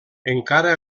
encara